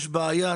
יש בעיה,